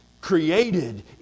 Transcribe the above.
created